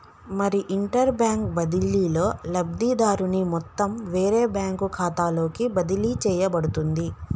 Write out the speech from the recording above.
మరి inter bank బదిలీలో లబ్ధిదారుని మొత్తం వేరే బ్యాంకు ఖాతాలోకి బదిలీ చేయబడుతుంది